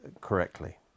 correctly